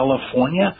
California